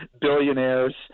billionaires